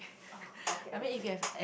oh okay okay